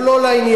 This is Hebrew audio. הוא לא לעניין.